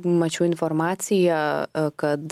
mačiau informaciją kad